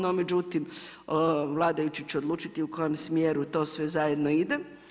No međutim, vladajući će odlučiti u kojem smjeru to sve zajedno ide.